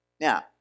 Now